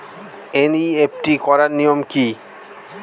NEFT করার নিয়ম কী?